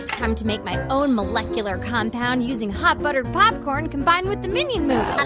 time to make my own molecular compound using hot buttered popcorn combined with the minion movie and